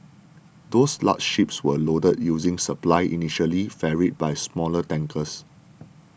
those large ships were loaded using supply initially ferried by smaller tankers